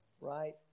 right